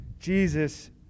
Jesus